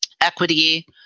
equity